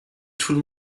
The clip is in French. tout